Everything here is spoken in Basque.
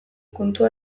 kontu